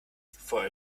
for